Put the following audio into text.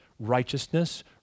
righteousness